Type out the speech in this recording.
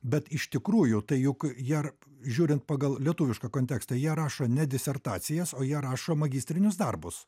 bet iš tikrųjų tai juk ją žiūrint pagal lietuvišką kontekstą jie rašo ne disertacijas o jie rašo magistrinius darbus